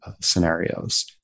scenarios